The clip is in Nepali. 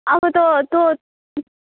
अब तँ त